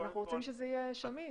אנחנו רוצים שזה יהיה שמיש.